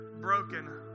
broken